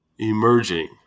Emerging